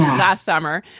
last summer,